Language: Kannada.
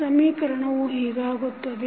ಸಮೀಕರಣವು ಹೀಗಾಗುತ್ತದೆ